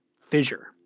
fissure